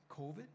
COVID